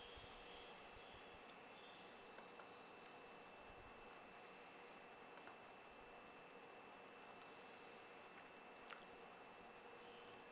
ya